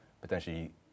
potentially